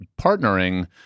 partnering